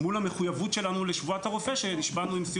מול המחויבות שלנו לשבועת הרופא שנשבענו עם סיום